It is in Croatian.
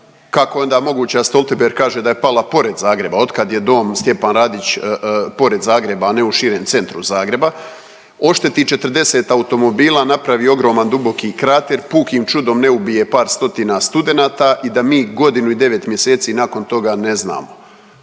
Kako je onda moguće da Stoltenberg kaže da je pala pored Zagreba? Od kad je Dom Stjepan Radić pored Zagreba, a ne u širem centru Zagreba? Ošteti 40 automobila, napravi ogroman duboki krater, pukim čudom ne ubije par stotina studenata i da mi godinu i devet mjeseci nakon toga ne znamo